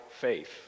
faith